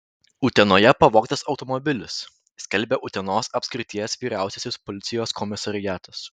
utenoje pavogtas automobilis skelbia utenos apskrities vyriausiasis policijos komisariatas